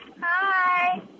Hi